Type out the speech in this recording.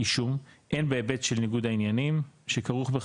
הן בהיבט של ניגוד העניינים שכרוך בכך,